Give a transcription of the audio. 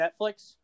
Netflix